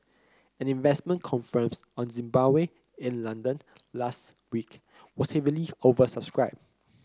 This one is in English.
an investment conference on Zimbabwe in London last week was heavily oversubscribed